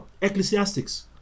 Ecclesiastics